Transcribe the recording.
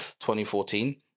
2014